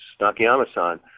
Nakayama-san